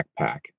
backpack